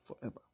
forever